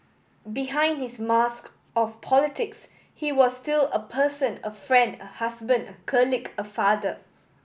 behind his mask of politics he was still a person a friend a husband a colleague a father